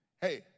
hey